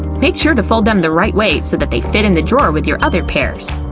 make sure to fold them the right way so that they fit in the drawer with your other pairs.